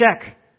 check